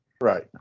Right